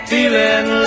Feeling